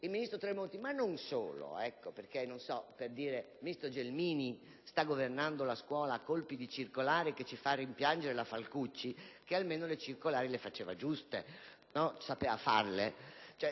il ministro Tremonti, ma non solo lui, perché, tanto per dire, il ministro Gelmini sta governando la scuola a colpi di circolari facendoci rimpiangere la Falcucci, che almeno le circolari sapeva farle, per non parlare